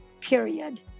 period